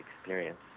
experience